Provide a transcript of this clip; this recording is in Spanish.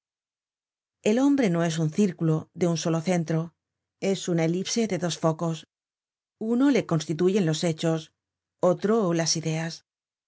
el hombre no es un círculo de un solo centro es una elipse de dos focos uno le constituyen los hechos otro las ideas